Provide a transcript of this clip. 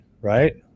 right